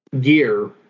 gear